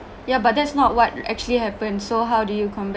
yeah but that's not what actually happened so how do you combat